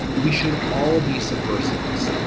we should all be subversives.